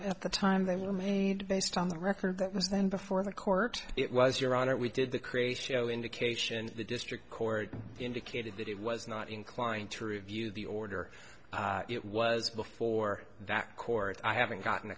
at the time they were made based on the record that was then before the court it was your honor we did the krays show indication that the district court indicated that it was not inclined to review the order it was before that court i haven't gotten